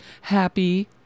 happy